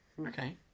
okay